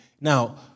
now